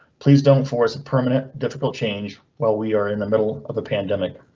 please don't force it. permanent difficult change while we are in the middle of a pandemic.